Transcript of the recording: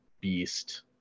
beast